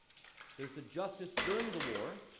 there's the justice during the war,